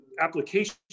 application